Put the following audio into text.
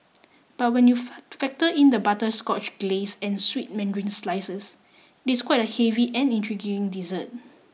but when you factor in the butterscotch glace and sweet mandarin slices it's quite a heavy and intriguing dessert